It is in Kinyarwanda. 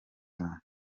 cyane